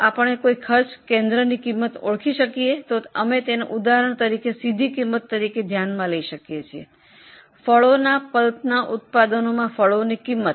આપણે ખર્ચ કેન્દ્રના ખર્ચને ઓળખી શકીએ છીએ ઉદાહરણ તરીકે ફળોના પલ્પના ઉત્પાદનમાં ફળો પ્રત્યક્ષ ખર્ચ છે